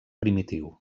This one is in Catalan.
primitiu